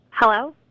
Hello